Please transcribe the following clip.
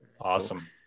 awesome